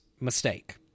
mistake